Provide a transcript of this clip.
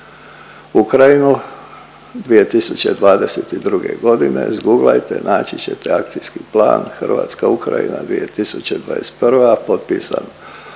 Ukrajinu 2022.g. izguglajte, naći ćete akcijski plan Hrvatska-Ukrajina 2021. potpisan